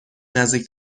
نزدیک